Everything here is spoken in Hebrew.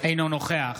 אינו נוכח